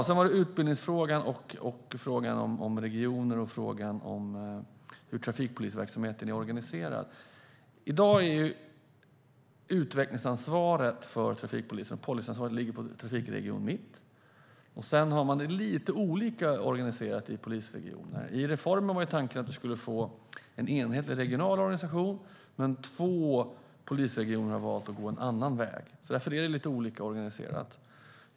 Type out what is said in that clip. Sedan var det utbildningsfrågan, frågan om regioner och frågan hur trafikpolisverksamheten är organiserad. I dag ligger utvecklingsansvaret och policyansvaret när det gäller trafikpolisen på Trafik Region Mitt. Sedan är det lite olika organiserat i de polisregionerna. I reformen var tanken att vi skulle få en enhetlig regional organisation, men två polisregioner har valt att gå en annan väg. Därför är det lite olika organiserat.